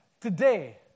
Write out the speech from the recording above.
Today